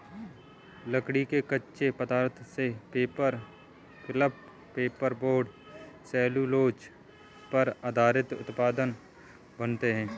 लकड़ी के कच्चे पदार्थ से paper, pulp, paper board, cellulose पर आधारित उत्पाद बनाते हैं